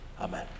Amen